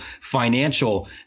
financial